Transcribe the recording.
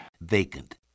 Vacant